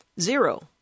zero